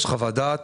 יש חוות דעת.